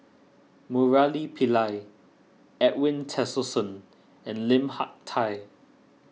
Murali Pillai Edwin Tessensohn and Lim Hak Tai